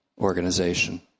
organization